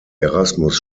erasmus